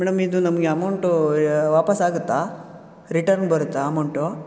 madam ಇದು ನಮಗೆ amount ವಾಪಸ್ಸಾಗುತ್ತಾ ರಿಟನ್ ಬರುತ್ತಾ ಅಮೌಂಟು